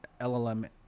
LLM